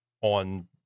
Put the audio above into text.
on